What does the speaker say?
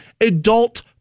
adult